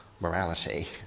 morality